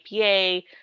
APA